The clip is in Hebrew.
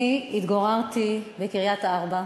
אני התגוררתי בקריית-ארבע.